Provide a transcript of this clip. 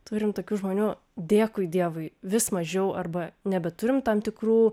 turim tokių žmonių dėkui dievui vis mažiau arba nebeturim tam tikrų